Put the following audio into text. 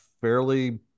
fairly